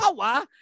power